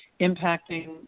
impacting